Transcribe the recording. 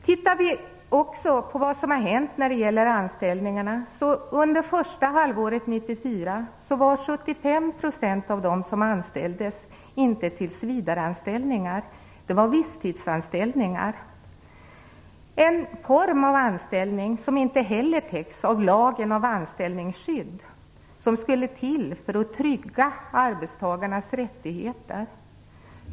Om vi tittar på vad som har hänt när det gäller anställningarna kan vi se att under det första halvåret 1994 var 75 % av dem som anställdes inte tillsvidareanställda utan de var visstidsanställda. Det är en form av anställning som inte heller täcks av lagen om anställningsskydd. Den kom till för att trygga arbetstagarnas rättigheter.